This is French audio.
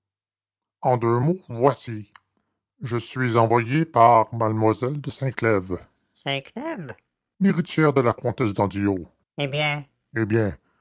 en deux mots voici je suis envoyé par mlle de sinclèves sinclèves l'héritière de la comtesse d'andillot eh bien eh bien